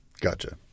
Gotcha